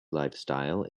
lifestyle